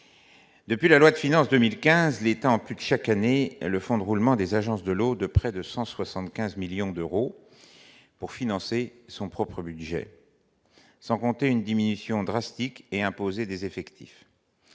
depuis la loi de finances 2015, l'État en plus chaque année, le fonds de roulement des agences de l'eau de près de 175 millions d'euros pour financer son propre budget, sans compter une diminution drastique et imposer des effectifs